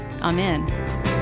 Amen